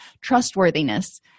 trustworthiness